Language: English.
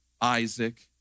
Isaac